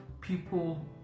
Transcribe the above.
people